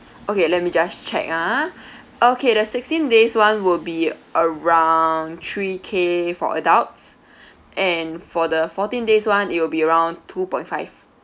okay let me just check ah okay the sixteen days one will be around three K for adults and for the fourteen days one it will be around two point five